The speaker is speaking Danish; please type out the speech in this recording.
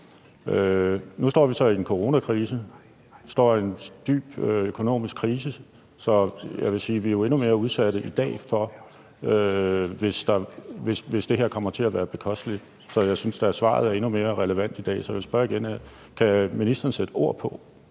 Nu står vi så i en coronakrise, vi står i en dyb økonomisk krise, så jeg vil sige, at vi jo er endnu mere udsatte i dag, hvis det her kommer til at være bekosteligt, så jeg synes da, at svaret er endnu mere relevant i dag. Så jeg vil spørge igen: Kan ministeren sætte ord på,